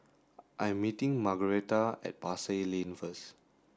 I am meeting Margaretta at Pasar Lane first